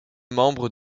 membre